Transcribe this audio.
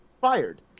fired